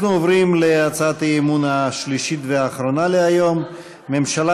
אנחנו עוברים להצעת האי-אמון השלישית והאחרונה להיום: ממשלה